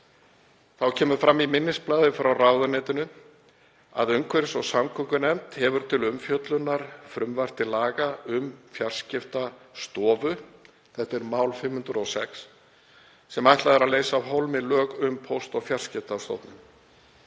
Þá kemur fram í minnisblaði frá ráðuneytinu að umhverfis- og samgöngunefnd hefur til umfjöllunar frumvarp til laga um Fjarskiptastofu, 506. mál, sem ætlað er að leysa af hólmi lög um Póst- og fjarskiptastofnun.